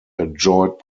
enjoyed